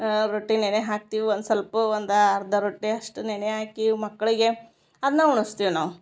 ಆ ರೊಟ್ಟಿ ನೆನೆ ಹಾಕ್ತೀವಿ ಒಂದ್ಸೊಲ್ಪ ಒಂದು ಅರ್ಧ ರೊಟ್ಟಿಯಷ್ಟು ನೆನೆ ಹಾಕಿ ಮಕ್ಕಳಿಗೆ ಅದನ್ನಾ ಉಣಿಸ್ತಿವಿ ನಾವು